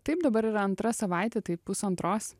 taip dabar yra antra savaitė tai pusantros